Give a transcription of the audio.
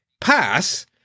pass